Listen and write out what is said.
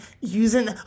using